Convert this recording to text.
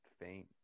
faint